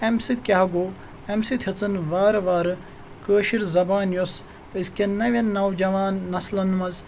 اَمہِ سۭتۍ کیٛاہ گوٚو اَمہِ سۭتۍ ہیٚژن وارٕ وارٕ کٲشِر زبان یۄس أزۍکٮ۪ن نوٮ۪ن نوجوان نَسلَن منٛز